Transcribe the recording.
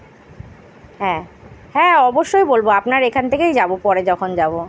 হ্যাঁ হ্যাঁ অবশ্যই বলবো আপনার এখান থেকেই যাবো পরে যখন যাবো